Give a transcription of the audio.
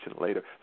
later